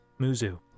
Muzu